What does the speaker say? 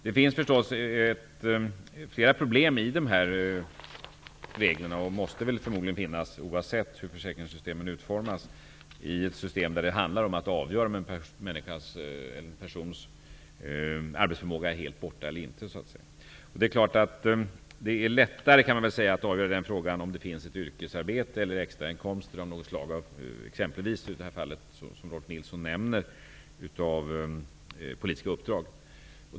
Det finns förstås flera problem när det gäller de här reglerna -- och måste förmodligen finnas, oavsett försäkringssystemens utformning -- i ett system där det handlar om att avgöra om en persons arbetsförmåga så att säga är helt borta eller inte. Det är klart att det är lättare att avgöra den frågan om det finns ett yrkesarbete eller extrainkomster av något slag -- exempelvis, som Rolf L Nilson nämner, politiska uppdrag.